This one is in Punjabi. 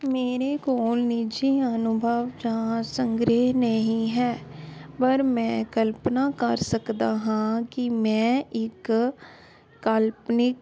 ਮੇਰੇ ਕੋਲ ਨਿੱਜੀ ਅਨੁਭਵ ਜਾਂ ਸੰਗ੍ਰਹਿ ਨਹੀਂ ਹੈ ਪਰ ਮੈਂ ਕਲਪਨਾ ਕਰ ਸਕਦਾ ਹਾਂ ਕੀ ਮੈਂ ਇੱਕ ਕਾਲਪਨਿਕ